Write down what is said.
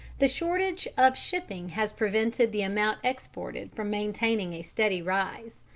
the shortage of shipping has prevented the amount exported from maintaining a steady rise.